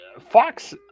Fox